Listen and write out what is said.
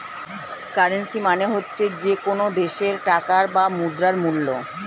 currency মানে হচ্ছে যে কোনো দেশের টাকার বা মুদ্রার মূল্য